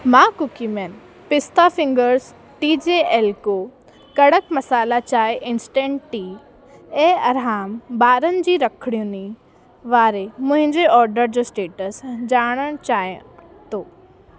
मां कुकीमेन पिस्ता fingers T G L co कड़क मसाल्हा चांहि इंस्टेंट टी ऐं अरहाम ॿारनि जी रखड़युनि वारे मुंहिंजे ऑडर जो स्टेटस ॼाणणु चाहियां थो